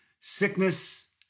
sickness